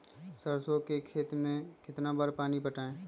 सरसों के खेत मे कितना बार पानी पटाये?